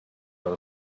are